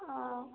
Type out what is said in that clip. ஆ